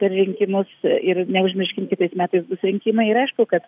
per rinkimus ir neužmirškim kitais metais bus rinkimai ir aišku kad